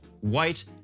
White